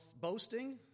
boasting